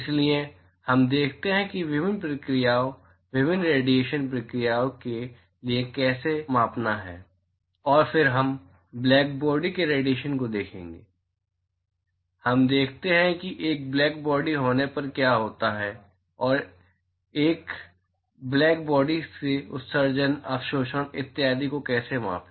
इसलिए हम देखते हैं कि विभिन्न प्रक्रियाओं विभिन्न रेडिएशन प्रक्रियाओं के लिए इसे कैसे मापना है और फिर हम ब्लैक बॉडी के रेडिएशन को देखेंगे हम देखते हैं कि एक ब्लैक बॉडी होने पर क्या होता है और एकब्लैक बॉडी से उत्सर्जन अवशोषण इत्यादि को कैसे मापें